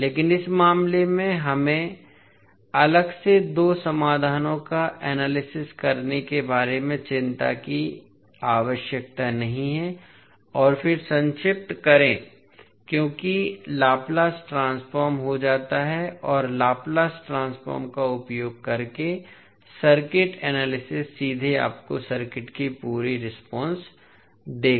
लेकिन इस मामले में हमें अलग से दो समाधानों का एनालिसिस करने के बारे में चिंता करने की आवश्यकता नहीं है और फिर संक्षिप्त करें क्योंकि लाप्लास ट्रांसफॉर्म हो जाता है और लाप्लास ट्रांसफॉर्म का उपयोग करके सर्किट एनालिसिस सीधे आपको सर्किट की पूरी रेस्पॉन्स देगा